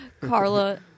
Carla